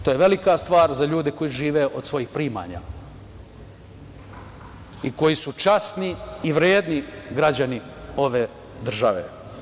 To je velika stvar za ljude koji žive od svojih primanja i koji su časni i vredni građani ove države.